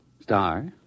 Star